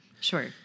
Sure